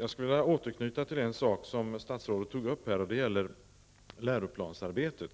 Jag skulle vilja återknyta till något som statsrådet tog upp, nämligen läroplansarbetet.